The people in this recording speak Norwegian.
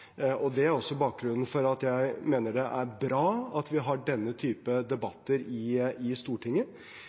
og det er også bakgrunnen for at jeg mener det er bra at vi har denne typen debatter i Stortinget.